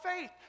faith